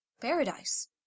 paradise